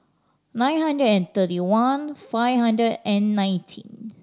nine hundred and thirty one five hundred and nineteen